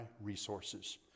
resources